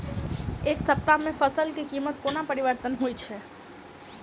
एक सप्ताह मे फसल केँ कीमत कोना परिवर्तन होइ छै?